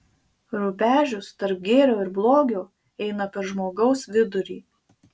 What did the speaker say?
rubežius tarp gėrio ir blogio eina per žmogaus vidurį